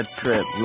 trip